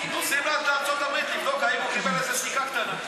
נוסעים עד לארצות-הברית לבדוק האם הוא קיבל איזה סיכה קטנה.